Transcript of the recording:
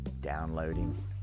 downloading